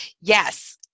Yes